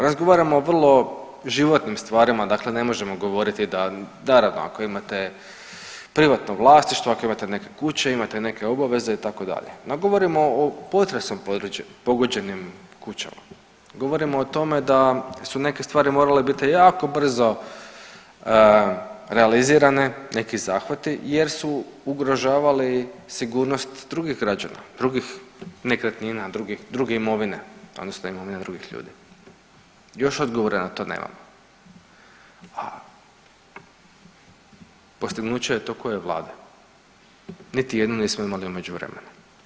Razgovaramo o vrlo životnim stvarima, dakle ne možemo govoriti da, naravno ako imate privatno vlasništvo, ako imate neke kuće, imate neke obaveze itd., no govorimo o potresom pogođenim kućama, govorimo o tome da su neke stvari morale biti jako brzo realizirane, neki zahvati jer su ugrožavali sigurnost drugih građana, drugih nekretnina, druge imovine odnosno imovine drugih ljudi, još odgovore na to nemamo, a postignuće je to koje vlade, niti jedne nismo imali u međuvremenu.